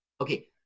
Okay